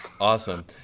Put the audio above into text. Awesome